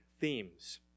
themes